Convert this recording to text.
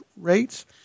rates